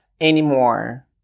anymore